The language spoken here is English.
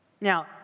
Now